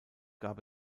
gab